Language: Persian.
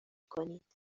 کنید